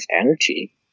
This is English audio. energy